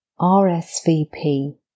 RSVP